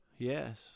Yes